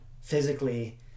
physically